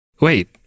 Wait